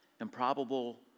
improbable